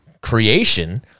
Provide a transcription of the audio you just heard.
creation